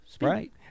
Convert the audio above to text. right